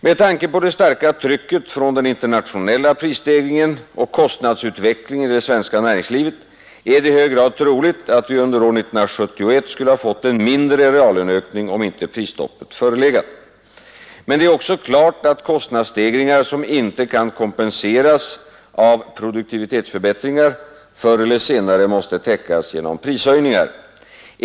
Med tanke på det starka trycket från den internationella prisstegringen och kostnadsutvecklingen i det svenska näringslivet är det i hög grad troligt att vi under år 1971 skulle ha fått en mindre reallöneökning, om inte prisstoppet förelegat. Men det är också klart, att kostnadsstegringar som inte kan kompenseras av produktivitetsförbättringar förr eller senare måste täckas genom prishöjningar.